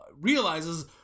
realizes